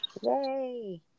Yay